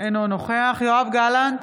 אינו נוכח יואב גלנט,